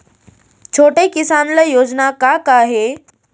छोटे किसान ल योजना का का हे?